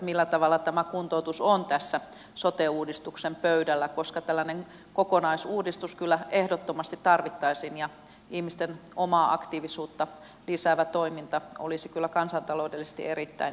millä tavalla tämä kuntoutus on tässä sote uudistuksen pöydällä koska tällainen kokonaisuudistus kyllä ehdottomasti tarvittaisiin ja ihmisten omaa aktiivisuutta lisäävä toiminta olisi kyllä kansantaloudellisesti erittäin merkittävää